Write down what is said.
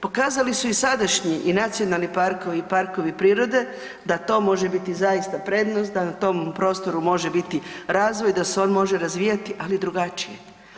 Pokazali su i sadašnji i nacionalni parkovi i parkovi prirode da to može biti zaista prednost, da na tom prostoru može biti razvoj, da se on može razvijati, ali drugačije.